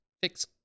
fix